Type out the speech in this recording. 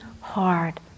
hard